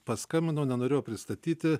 paskambino nenorėjo pristatyti